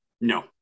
No